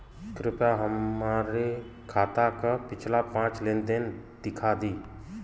कृपया हमरे खाता क पिछला पांच लेन देन दिखा दी